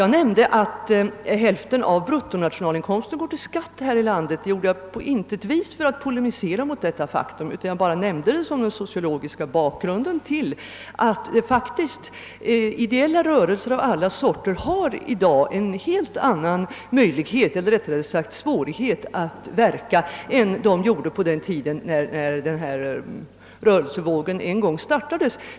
Jag nämnde vidare att hälften av bruttonationalinkomsten går till skatt, men detta gjorde jag på intet vis för att polemisera mot detta faktum, utan jag nämnde det bara såsom den sociologiska bakgrunden till att ideella rörelser av alla sorter i dag har en helt annan svårighet att verka än på den tiden när denna rörelsevåg en gång startades.